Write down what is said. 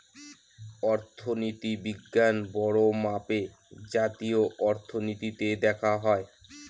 অর্থনীতি বিজ্ঞান বড়ো মাপে জাতীয় অর্থনীতিতে দেখা হয়